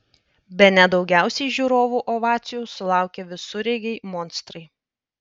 bene daugiausiai žiūrovų ovacijų sulaukė visureigiai monstrai